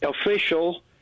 official